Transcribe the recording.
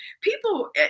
people